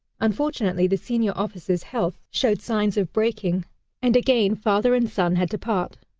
unfortunately the senior officer's health showed signs of breaking and again father and son had to part.